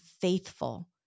faithful